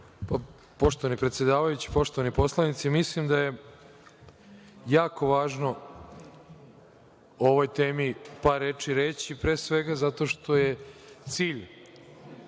Poštovani predsedavajući, poštovani poslanici, mislim da je jako važno o ovoj temi par reči reći, pre svega, zato što je cilj